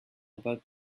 about